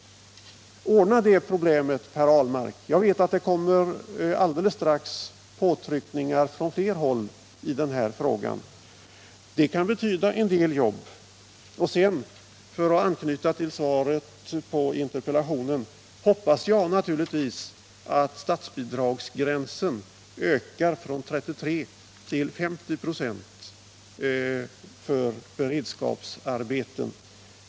Ordna det problemet, Per Ahlmark! Jag vet att det alldeles strax kommer påtryckningar från flera håll i den här frågan. En lösning på detta problem kan betyda en del jobb. För att anknyta till interpellationssvaret hoppas jag naturligtvis att statsbidragsgränsen när det gäller beredskapsarbeten höjs från 33 till 50 96.